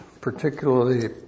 particularly